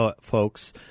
folks